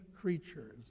creatures